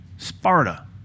Sparta